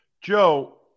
Joe